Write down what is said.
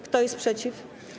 Kto jest przeciw?